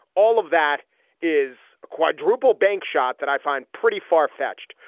all of that is a quadruple bank shot that i find pretty far fetched.